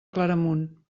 claramunt